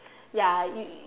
ya you